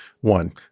one